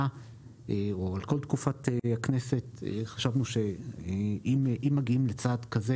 או את כול תקופת הכנסת חשבנו שאם מגיעים לצעד כזה,